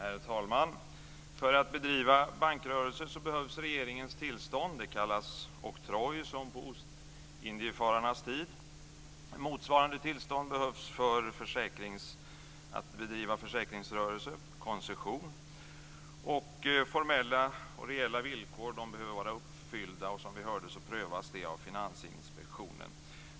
Herr talman! För att bedriva bankrörelse behövs regeringens tillstånd. Det kallas oktroj, som på ostindiefararnas tid. Motsvarande tillstånd behövs för att bedriva försäkringsrörelse - koncession. Formella och reella villkor behöver vara uppfyllda. Och som vi hörde prövas det av Finansinspektionen.